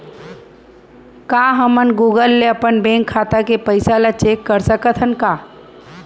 का हमन गूगल ले अपन बैंक खाता के पइसा ला चेक कर सकथन का?